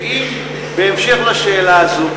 ובהמשך לשאלה הזו,